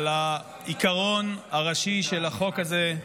העיקרון הראשי של החוק הזה,